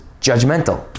judgmental